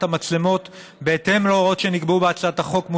המצלמות בהתאם להוראות שנקבעו בהצעת החוק,